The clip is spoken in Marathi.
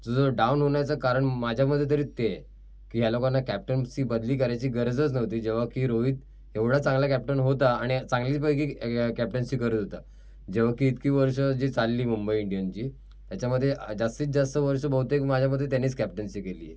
तो जो डाउन होण्याचं कारण माझ्या मते तरी ते आहे की ह्या लोकांना कॅप्टन्सी बदली करायची गरजच नव्हती जेव्हा की रोहित एवढा चांगला कॅप्टन होता आणि चांगल्यापैकी कॅप्टन्सी करत होता जेव्हा की इतकी वर्षं जी चालली मुंबई इंडियनची त्याच्यामध्ये जास्तीत जास्त वर्षं बहुतेक माझ्या मते त्यानेच कॅप्टन्सी केली आहे